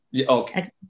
Okay